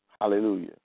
hallelujah